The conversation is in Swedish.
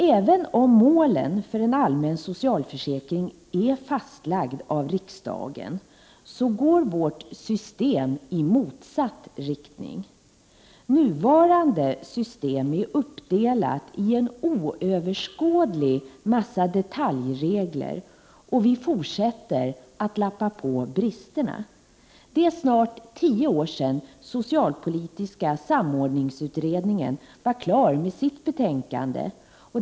Även om målen för en allmän socialförsäkring är fastlagda av riksdagen, går vårt system i motsatt riktning. Nuvarande system är uppdelat i en oöverskådlig mängd detaljregler, och vi fortsätter att lappa på bristerna. Det är snart tio år sedan socialpolitiska samordningsutredningen var klar med sitt betänkande.